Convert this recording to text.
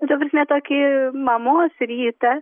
nu taprasme tokį mamos rytą